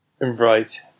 Right